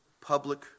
public